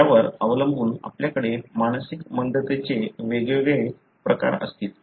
त्यावर अवलंबून आपल्याकडे मानसिक मंदतेचे वेगळे प्रकार असतील